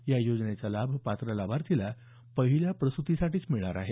या योजनेचा लाभ पात्र लाभार्थीला पहिल्या प्रसूतीसाठीच मिळणार आहे